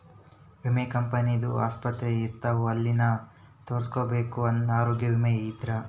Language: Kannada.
ವಿಮೆ ಕಂಪನಿ ದು ಆಸ್ಪತ್ರೆ ಇರ್ತಾವ ಅಲ್ಲಿನು ತೊರಸ್ಕೊಬೋದು ಆರೋಗ್ಯ ವಿಮೆ ಇದ್ರ